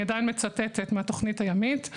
אני עדיין מצטטת מהתוכנית הימית.